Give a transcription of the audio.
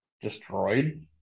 Destroyed